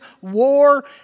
war